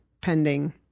pending